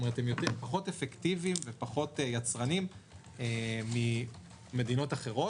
הם פחות אפקטיביים ופחות יצרניים ממדינות אחרות.